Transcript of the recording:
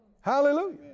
Hallelujah